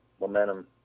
momentum